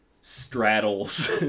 straddles